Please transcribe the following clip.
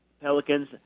Pelicans